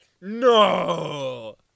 No